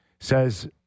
says